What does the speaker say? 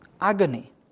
Agony